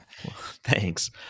Thanks